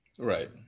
Right